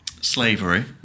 slavery